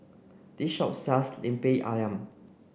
this shop sells Lemper Ayam